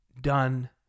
done